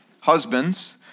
husbands